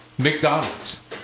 McDonald's